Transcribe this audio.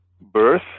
birth